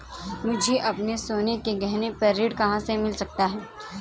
मुझे अपने सोने के गहनों पर ऋण कहाँ से मिल सकता है?